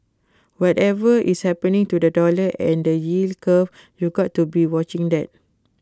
whatever is happening to the dollar and the yield curve you've got to be watching that